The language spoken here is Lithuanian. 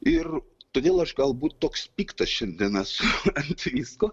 ir todėl aš galbūt toks piktas šiandien esu ant visko